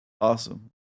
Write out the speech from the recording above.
awesome